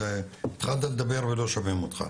התחלת לדבר ולא שומעים אותך.